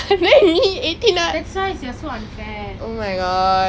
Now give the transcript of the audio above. eh ஆமா நீ உன்:aama nee un driving போறியா இல்லையா:poreiya illeiya